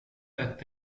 bett